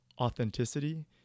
authenticity